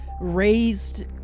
raised